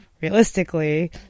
realistically